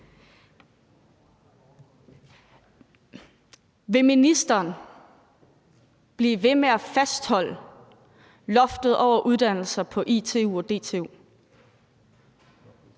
Vil ministeren blive ved med at fastholde loftet over uddannelser på ITU og DTU?